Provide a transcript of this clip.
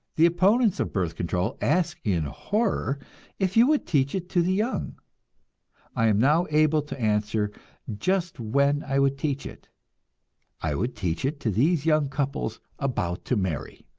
the opponents of birth control ask in horror if you would teach it to the young i am now able to answer just when i would teach it i would teach it to these young couples about to marry.